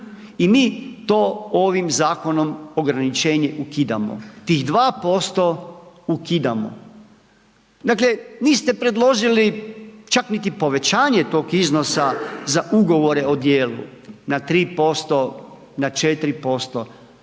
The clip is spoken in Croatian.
I mi to ovim zakonom ograničenje ukidamo tih 2% ukidamo. Dakle niste predložili čak niti povećanje tog iznosa za ugovore o djelu na 3%, na 4%,